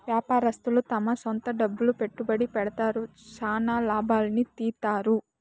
వ్యాపారస్తులు తమ సొంత డబ్బులు పెట్టుబడి పెడతారు, చానా లాభాల్ని తీత్తారు